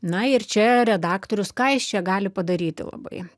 na ir čia redaktorius ką jis čia gali padaryti labai